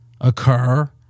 occur